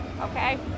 okay